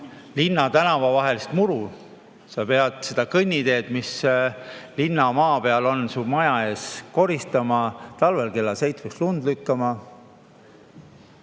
linnatänava vahelist muru. Sa pead seda kõnniteed, mis linna maa peal on su maja ees, koristama, talvel kella seitsmeks lund lükkama.